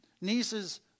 niece's